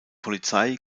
polizei